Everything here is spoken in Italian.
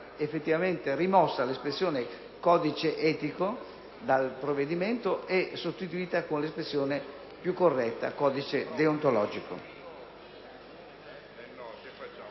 effettivamente rimossa l’espressione «codice etico» dal testo e sostituita con l’espressione piu corretta: «codice deontologico».